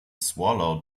swallow